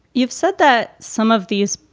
you've said that some of these.